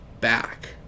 back